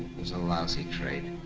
it was a lousy trade.